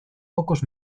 pocos